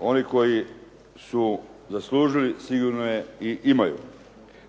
oni koji su zaslužili sigurno je i imaju.